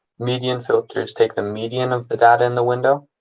median filters take the median of the data in the window.